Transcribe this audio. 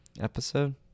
episode